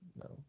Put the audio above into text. no